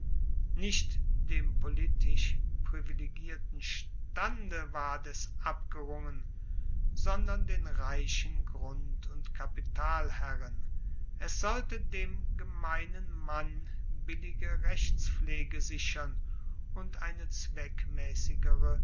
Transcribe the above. nicht dem politisch privilegierten stande ward es abgerungen sondern den reichen grund und kapitalherren es sollte dem gemeinen mann billige rechtspflege sichern und eine